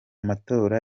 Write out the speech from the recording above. matora